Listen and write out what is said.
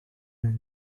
man